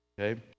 Okay